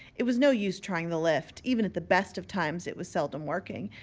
it was no use trying the lift. even at the best of times it was seldom working,